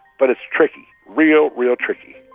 but it's tricky, real, real tricky.